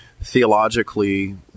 theologically